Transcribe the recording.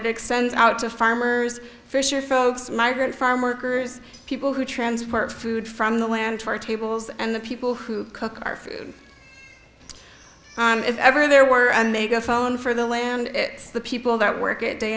it extends out to farmers fisher folks migrant farm workers people who transferred food from the land to our tables and the people who cook our food if ever there were and they go phone for the land it's the people that work it day